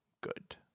good